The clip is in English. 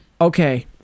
Okay